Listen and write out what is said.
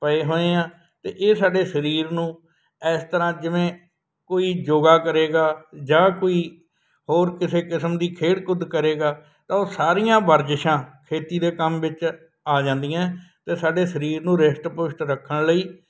ਪਏ ਹੋਏ ਹਾਂ ਅਤੇ ਇਹ ਸਾਡੇ ਸਰੀਰ ਨੂੰ ਇਸ ਤਰ੍ਹਾਂ ਜਿਵੇਂ ਕੋਈ ਯੋਗਾ ਕਰੇਗਾ ਜਾਂ ਕੋਈ ਹੋਰ ਕਿਸੇ ਕਿਸਮ ਦੀ ਖੇਡ ਕੁੱਦ ਕਰੇਗਾ ਤਾਂ ਉਹ ਸਾਰੀਆਂ ਵਰਜਿਸ਼ਾਂ ਖੇਤੀ ਦੇ ਕੰਮ ਵਿੱਚ ਆ ਜਾਂਦੀਆਂ ਅਤੇ ਸਾਡੇ ਸਰੀਰ ਨੂੰ ਰਿਸ਼ਟ ਪੁਸ਼ਟ ਰੱਖਣ ਲਈ